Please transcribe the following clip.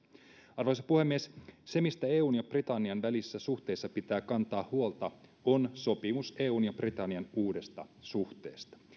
arvoisa puhemies se mistä eun ja britannian välisissä suhteissa pitää kantaa huolta on sopimus eun ja britannian uudesta suhteesta